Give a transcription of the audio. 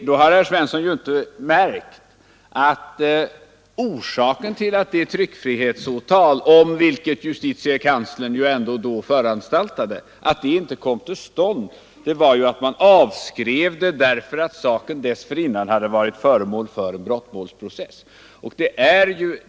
Då har herr Svensson inte märkt att orsaken till att det tryckfrihetsåtal om vilket justitiekanslern föranstaltat inte kom till stånd var att det avskrevs därför att saken dessförinnan varit föremål för brottmålsprocess.